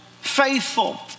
Faithful